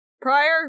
prior